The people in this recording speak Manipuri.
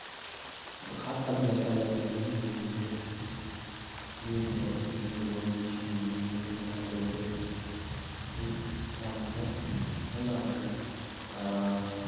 ꯃꯈꯥ ꯇꯜꯂ ꯇꯜꯂꯕ ꯃꯤꯁꯤꯡꯒꯨꯝꯕꯁꯦ ꯑꯗꯨꯒꯨꯝꯕ ꯑꯗꯨꯒꯨꯝꯂꯕ ꯃꯤꯁꯤꯡꯒꯨꯝꯕꯁꯤꯅꯤ ꯑꯩꯈꯣꯏꯅ ꯍꯥꯏꯒꯗꯧꯁꯦ ꯃꯈꯜ ꯌꯥꯝꯈ꯭ꯔꯦ ꯃꯈꯜ ꯌꯥꯝꯈ꯭ꯔꯦ